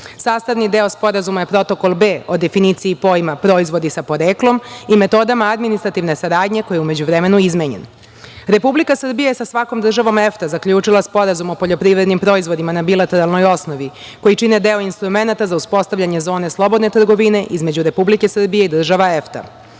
Sastavni deo Sporazuma je Protokol B o definiciji pojma "proizvodi sa poreklom" i metodama administrativne saradnje, koji je u međuvremenu izmenjen. Republika Srbija je sa svakom državom EFTA zaključila Sporazum o poljoprivrednim proizvodima na bilateralnoj osnovi, koji čine deo instrumenata za uspostavljanje zone slobodne trgovine između Republike Srbije i država